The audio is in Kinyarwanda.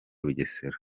bugesera